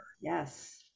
Yes